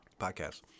Podcast